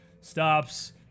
stops